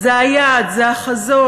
זה היעד, זה החזון.